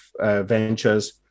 Ventures